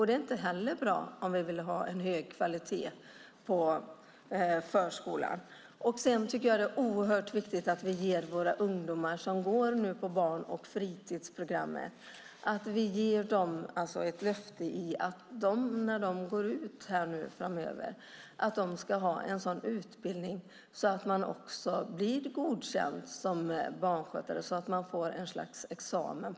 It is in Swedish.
Det är inte heller bra om vi vill ha hög kvalitet på förskolan. Det är oerhört viktigt att vi ger våra ungdomar som går på barn och fritidsprogrammet ett löfte att de när de avslutar sina utbildningar blir godkända som barnskötare, att de får ett slags examen.